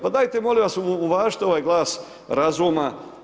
Pa, dajte, molim vas uvažite ovaj glas razuma.